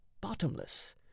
bottomless